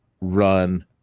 run